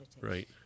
Right